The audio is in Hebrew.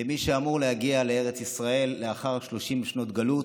למי שאמור להגיע לארץ ישראל לאחר 30 שנות גלות,